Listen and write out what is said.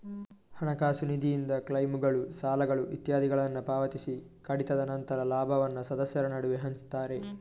ಹಣಕಾಸು ನಿಧಿಯಿಂದ ಕ್ಲೈಮ್ಗಳು, ಸಾಲಗಳು ಇತ್ಯಾದಿಗಳನ್ನ ಪಾವತಿಸಿ ಕಡಿತದ ನಂತರ ಲಾಭವನ್ನ ಸದಸ್ಯರ ನಡುವೆ ಹಂಚ್ತಾರೆ